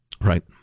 Right